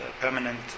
permanent